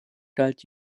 galt